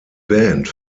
band